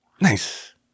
Nice